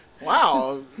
Wow